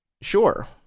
Sure